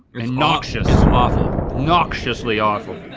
noxious. it's awful. noxiously awful.